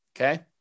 Okay